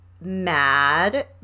mad